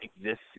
exist